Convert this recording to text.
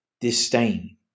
disdain